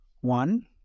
One